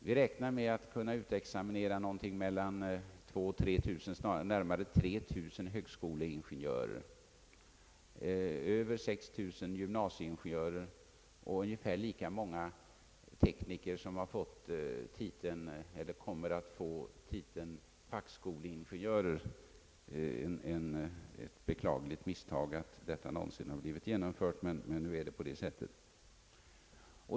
Vi räknar med att kunna utexaminera närmare 3000 högskoleingenjörer, över 6 000 gymnasieingenjörer och ungefär lika många tekniker som kommer att få titeln fackskoleingenjör — det är ett beklagligt misstag att denna titel någonsin blev genomförd, men nu är det ändå på det sättet.